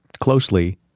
closely